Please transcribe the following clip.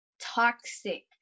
toxic